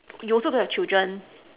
you also don't have children